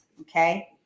okay